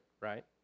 right